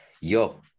Yo